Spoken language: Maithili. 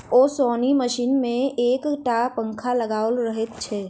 ओसौनी मशीन मे एक टा पंखा लगाओल रहैत छै